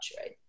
right